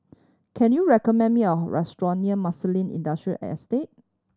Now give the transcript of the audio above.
can you recommend me a restaurant near Marsiling Industrial Estate